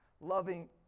loving